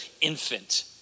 infant